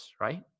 right